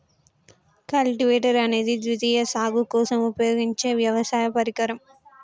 cultivator అనేది ద్వితీయ సాగు కోసం ఉపయోగించే వ్యవసాయ పరికరం